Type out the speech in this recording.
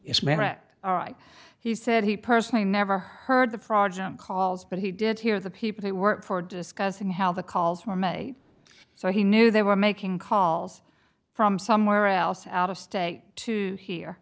wrecked he said he personally never heard the praja calls but he did hear the people he worked for discussing how the calls were made so he knew they were making calls from somewhere else out of state to hear